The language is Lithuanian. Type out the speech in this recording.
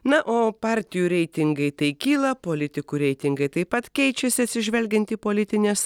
na o partijų reitingai tai kyla politikų reitingai taip pat keičiasi atsižvelgiant į politines